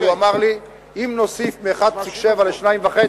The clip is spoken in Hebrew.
והוא אמר לי: אם נוסיף מ-1.7% ל-2.5%,